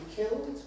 killed